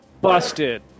busted